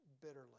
bitterly